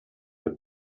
der